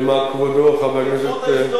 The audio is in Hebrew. חבר הכנסת אגבאריה,